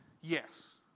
Yes